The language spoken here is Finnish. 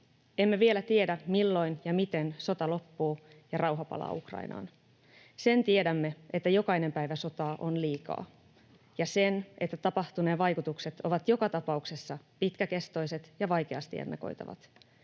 Emme vielä tiedä, milloin ja miten sota loppuu ja rauha palaa Ukrainaan. Sen tiedämme, että jokainen päivä sotaa on liikaa, ja sen, että tapahtuneen vaikutukset ovat joka tapauksessa pitkäkestoiset ja vaikeasti ennakoitavat,